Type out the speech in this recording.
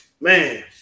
man